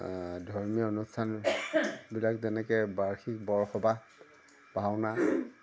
ধৰ্মীয় অনুষ্ঠান বিলাক যেনেকৈ বাৰ্ষিক বৰসবাহ ভাওনা